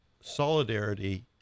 solidarity